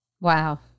Wow